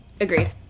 Agreed